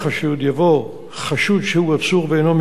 יבוא "חשוד שהוא עצור ואינו מיוצג",